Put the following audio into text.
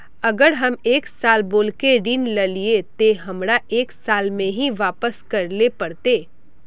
अगर हम एक साल बोल के ऋण लालिये ते हमरा एक साल में ही वापस करले पड़ते?